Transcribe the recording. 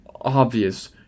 obvious